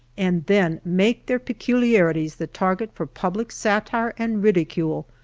and then make their peculiarities the target for public satire and ridicule,